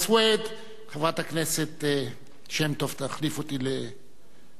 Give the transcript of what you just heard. חברת הכנסת שמטוב תחליף אותי לכחצי שעה,